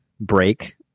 break